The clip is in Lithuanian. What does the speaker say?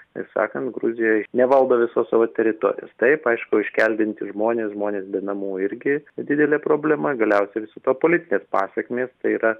ir sakant gruzijoj nevaldo visos savo teritorijos taip aišku iškeldinti žmonės žmonės be namų irgi didelė problema galiausiai viso to politinės pasekmės tai yra